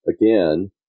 again